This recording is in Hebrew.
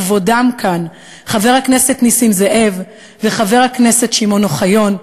כבודם כאן: חבר הכנסת נסים זאב וחבר הכנסת שמעון אוחיון,